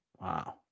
wow